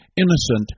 innocent